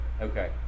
Okay